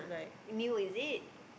new is it